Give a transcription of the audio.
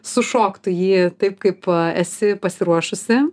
sušok tu jį taip kaip esi pasiruošusi